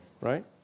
Right